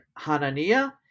Hanania